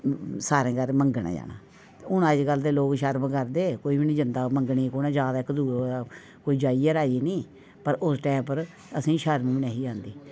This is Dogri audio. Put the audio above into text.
सारें घर मंगनें गी जाना हून अज्जकल दे लोक शर्म करदे कु'न जंदा मंगनें गी कु'न जा दा ऐ इक्क दूए गी इक्क दूए दे कोई जाइयै राजी नेईं पर उस टाईम पर असेंगी शर्म बी निं ही आंदी